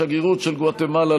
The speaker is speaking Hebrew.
השגרירות של גואטמלה.